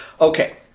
Okay